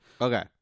Okay